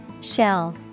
Shell